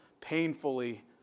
painfully